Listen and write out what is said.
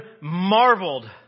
marveled